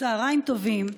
צוהריים טובים.